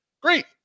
Great